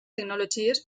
tecnologies